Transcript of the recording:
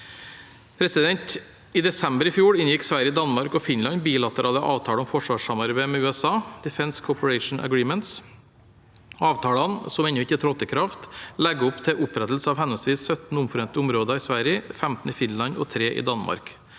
områder. I desember i fjor inngikk Sverige, Danmark og Finland bilaterale avtaler om forsvarssamarbeid med USA, Defence Cooperation Agreements. Avtalene, som ennå ikke har trådt i kraft, legger opp til opprettelse av henholdsvis 17 omforente områder i Sverige, 15 i Finland og 3 i Danmark.